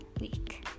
week